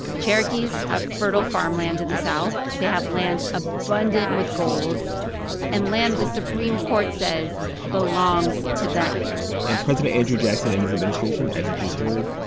cherokees have fertile farmland in the south. they have land abundant with gold and land the supreme court says belongs to them and president andrew jackson and his administration, as you just heard,